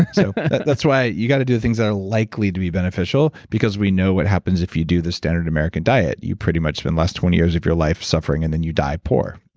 so that's why you got to do the things that are likely to be beneficial, because we know what happens if you do the standard american diet you pretty much spend less twenty years of your life suffering and then you die poor.